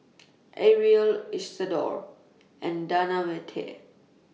Ariel Isadore and Davante